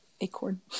Acorn